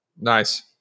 Nice